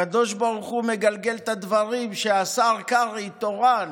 הקדוש ברוך הוא מגלגל את הדברים כך שהשר קרעי תורן.